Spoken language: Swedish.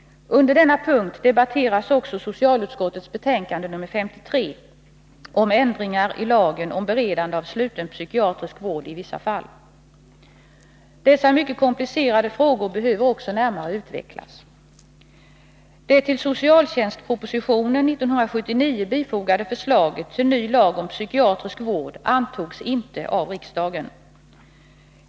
Under denna punkt debatteras också socialutskottets betänkande nr 53 om ändringar i lagen om beredande av sluten psykiatrisk vård i vissa fall. Dessa mycket komplicerade frågor behöver också närmare utvecklas. Det till socialtjänstpropositionen 1979 fogade förslaget till ny lag om psykiatrisk vård antogs inte av riksdagen.